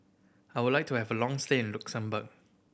I would like to have a long stay in Luxembourg